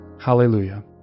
Hallelujah